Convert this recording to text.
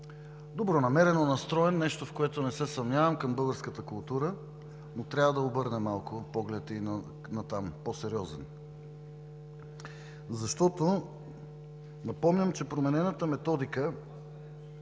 добронамерено настроен – нещо, в което не се съмнявам, към българската култура, но трябва да обърне малко по- сериозен поглед и натам. Напомням, че променената методика